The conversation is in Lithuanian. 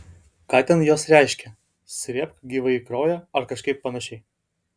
ką ten jos reiškia srėbk gyvąjį kraują ar kažkaip panašiai